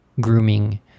grooming